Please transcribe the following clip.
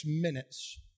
minutes